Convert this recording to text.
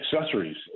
accessories